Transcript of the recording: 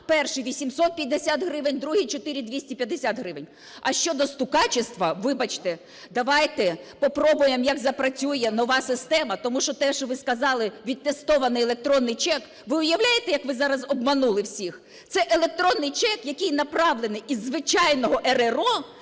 перший 850 гривень, другий – 4 250 гривень. А щодо "стукачєства", вибачте, давайте попробуємо, як запрацює нова система, тому що те, що ви сказали, відтестований електронний чек, – ви уявляєте, як ви зараз обманули всіх? Це електронний чек, який направлений із звичайного РРО